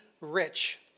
Rich